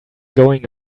going